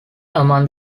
among